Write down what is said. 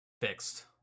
fixed